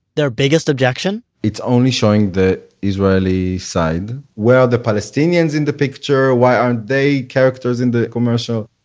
their biggest objection? it's only showing the israeli side. where are the palestinians in the picture? why aren't they characters in the commercial?